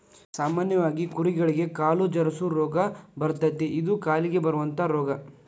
ಸಾಮಾನ್ಯವಾಗಿ ಕುರಿಗಳಿಗೆ ಕಾಲು ಜರಸು ರೋಗಾ ಬರತತಿ ಇದ ಕಾಲಿಗೆ ಬರುವಂತಾ ರೋಗಾ